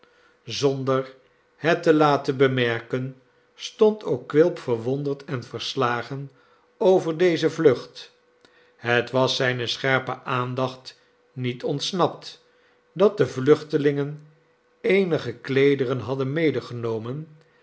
zonder het te laten bemerken stond ook quilp verwonderd en verslagen over deze vlucht het was zijne scherpe aandacht niet ontsnapt dat de vluchtelingen eenige kleederen hadden